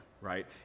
right